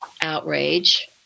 outrage